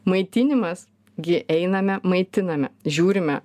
maitinimas gi einame maitiname žiūrime